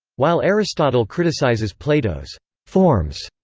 while aristotle criticizes plato's forms,